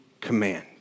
command